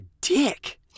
dick